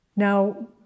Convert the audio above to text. Now